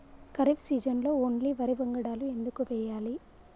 ఖరీఫ్ సీజన్లో ఓన్లీ వరి వంగడాలు ఎందుకు వేయాలి?